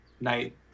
night